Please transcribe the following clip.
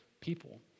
people